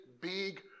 big